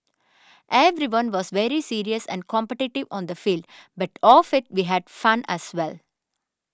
everyone was very serious and competitive on the field but off it we had fun as well